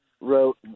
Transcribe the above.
wrote